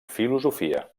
filosofia